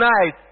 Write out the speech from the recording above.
tonight